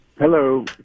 Hello